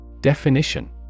Definition